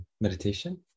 meditation